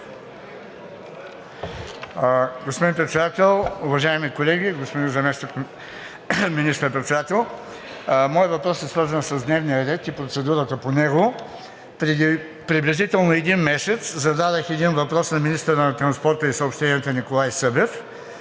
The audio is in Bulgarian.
Моят въпрос е свързан с дневния ред и процедурата по него. Преди приблизително един месец зададох въпрос на министъра на транспорта и съобщенията Николай Събев